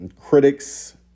critics